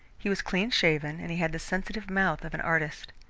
he was clean-shaven and he had the sensitive mouth of an artist.